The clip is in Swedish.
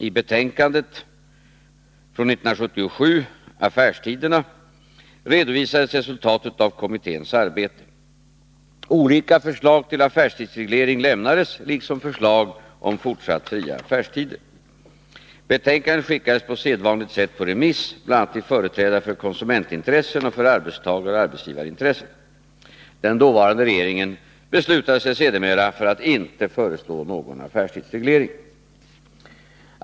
I betänkandet Affärstiderna redovisades resultatet av kommitténs arbete. Olika förslag till affärstidsreglering lämnades liksom förslag om fortsatt fria affärstider. Betänkandet skickades på sedvanligt sätt på remiss, bl.a. till företrädare för konsumentintressen och för arbetstagaroch arbetsgivarintressen. Den dåvarande regeringen beslutade sig sedermera för att inte föreslå någon affärstidsreglering.